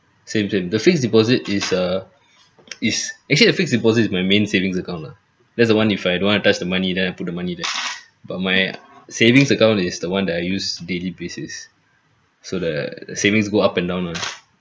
same same the fixed deposit is uh is actually the fixed deposit is my main savings account lah that's the one if I don't want to touch the money then I put the money there but my savings account is the one that I use daily basis so the savings go up and down lah